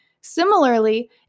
Similarly